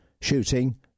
Shooting